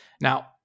Now